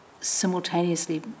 simultaneously